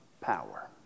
power